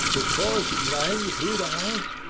his voice rang through the house.